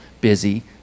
busy